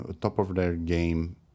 top-of-their-game